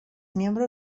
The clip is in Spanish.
miembro